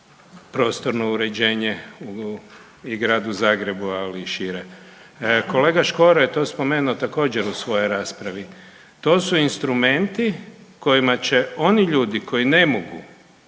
prostorno uređenje u Gradu Zagrebu, ali i šire. Kolega Škoro je to spomenuo također, u svojoj raspravi. To su instrumenti kojima će oni ljudi koji ne mogu